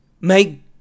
Make